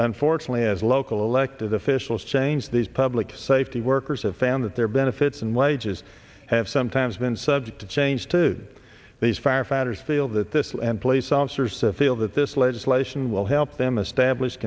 unfortunately as local elected officials change these public safety workers have found that their benefits and wages have sometimes been subject to change to these firefighters feel that this and police officers to feel that this legislation will help them establish